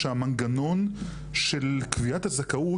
שהמנגנון של קביעת הזכאות,